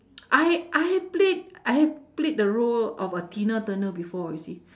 I I played I played the role of a tina-turner before you see